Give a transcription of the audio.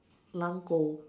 狼狗